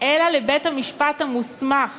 אלא לבית-המשפט המוסמך